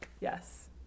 Yes